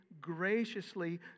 graciously